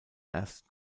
ersten